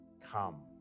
come